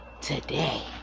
today